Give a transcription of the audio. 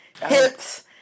Hips